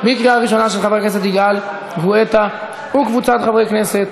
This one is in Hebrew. של חבר הכנסת יגאל גואטה וקבוצת חברי הכנסת,